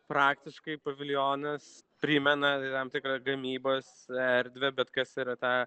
praktiškai paviljonas primena tam tikrą gamybos erdvę bet kas yra ta